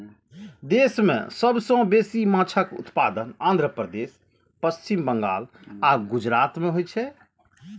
देश मे सबसं बेसी माछक उत्पादन आंध्र प्रदेश, पश्चिम बंगाल आ गुजरात मे होइ छै